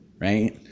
right